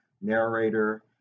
narrator